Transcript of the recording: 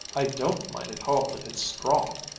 i don't mind at all if it's strong.